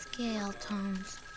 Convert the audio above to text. Scaletones